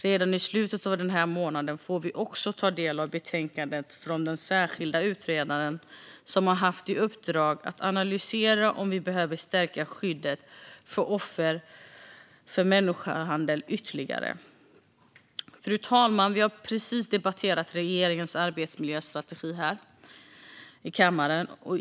Redan i slutet av den här månaden får vi också ta del av betänkandet från den särskilda utredare som har haft i uppdrag att analysera om vi behöver stärka skyddet för offer för människohandel ytterligare. Riksrevisionens rapport om statens insatser mot exploa-tering av arbetskraft Fru talman! Vi har precis debatterat regeringens arbetsmiljöstrategi här i kammaren.